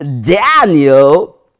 Daniel